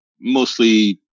Mostly